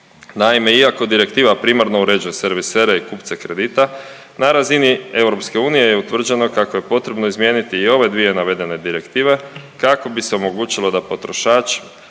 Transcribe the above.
Naime, iako direktiva primarno uređuje servisere i kupce kredita, na razini EU je utvrđeno kako je potrebno izmijeniti i ove dvije navedene direktive kako bi se omogućilo da potrošač,